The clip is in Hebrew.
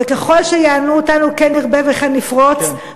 וככל שיענו אותנו כן נרבה וכן נפרוץ,